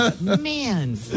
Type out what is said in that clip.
man